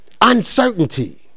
Uncertainty